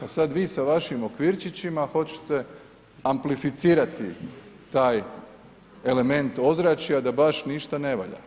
A sada vi sa vašim okvirčićima hoćete amplificirati taj element ozračja da baš ništa ne valja.